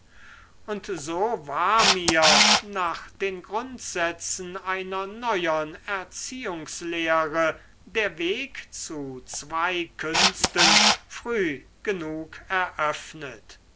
und so war mir nach den grundsätzen einer neuern erziehungslehre der weg zu zwei künsten früh genug eröffnet